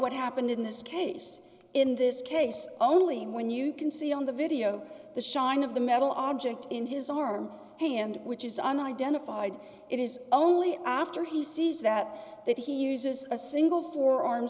what happened in this case in this case only when you can see on the video the shine of the metal object in his arm hand which is an identified it is only after he sees that that he uses a single for